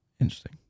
Interesting